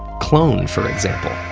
clone, for example,